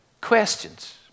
questions